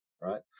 right